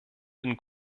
den